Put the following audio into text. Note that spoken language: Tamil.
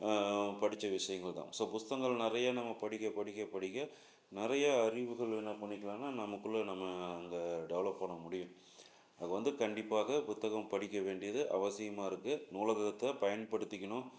படிச்ச விஷயங்கள் தான் ஸோ புத்தகங்கள் நிறைய நம்ம படிக்க படிக்க படிக்க நிறைய அறிவுகள் என்னப் பண்ணிக்கலான்னா நமக்குள்ள நம்ம அங்கே டெவலப் பண்ண முடியும் அதுக்கு வந்து கண்டிப்பாக புத்தகம் படிக்க வேண்டியது அவசியமாக இருக்குது நூலகத்தை பயன்படுத்திக்கணும்